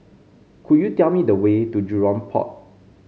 could you tell me the way to Jurong Port